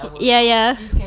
ya ya